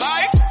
Life